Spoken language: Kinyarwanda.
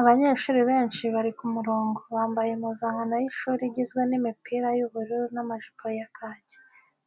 Abanyeshuri benshi bari ku murongo, bambaye impuzankano y’ishuri igizwe n'imipira y'ubururu n'amajipo ya kaki,